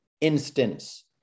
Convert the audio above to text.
instance